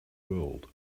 world